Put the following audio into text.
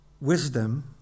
Wisdom